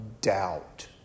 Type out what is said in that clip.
doubt